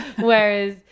whereas